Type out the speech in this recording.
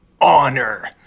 honor